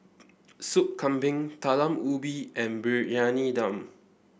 Soup Kambing Talam Ubi and Briyani Dum